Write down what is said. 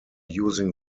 using